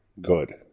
good